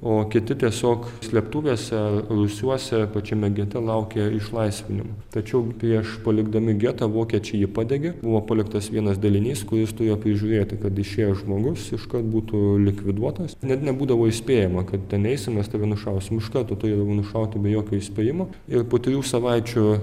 o kiti tiesiog slėptuvėse rūsiuose pačiame gete laukė išlaisvinimo tačiau prieš palikdami getą vokiečiai jį padegė buvo paliktas vienas dalinys kuris turėjo prižiūrėti kad išėjęs žmogus iškart būtų likviduotas net nebūdavo įspėjama kad ten eisim mes tave nušausim iškarto turėdavo nušauti be jokio įspėjimo ir po trijų savaičių